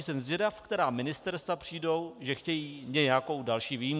Jsem zvědav, která ministerstva přijdou, že chtějí nějakou další výjimku.